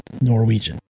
Norwegian